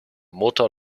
motor